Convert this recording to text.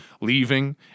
leaving